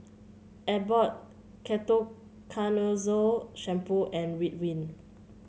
Abbott Ketoconazole Shampoo and Ridwind